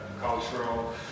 cultural